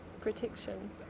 protection